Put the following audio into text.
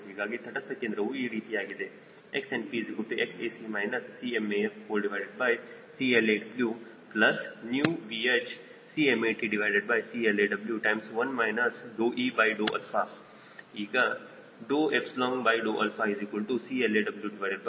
ಹೀಗಾಗಿ ತಟಸ್ಥ ಕೇಂದ್ರವು ಈ ರೀತಿಯಾಗಿದೆ XNPXac CmafCLwVHCmatCLw1 E ಈಗ CLwAR24